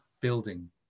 building